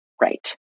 right